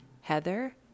Heather